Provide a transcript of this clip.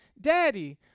Daddy